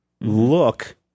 look